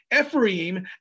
Ephraim